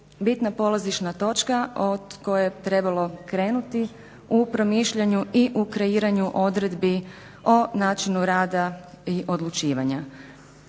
bitna polazišna točka od koje je trebalo krenuti u promišljanju i u kreiranju odredbi o načinu rada i odlučivanja.